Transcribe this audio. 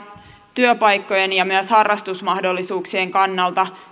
työpaikkojen ja myös harrastusmahdollisuuksien kannalta